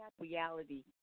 reality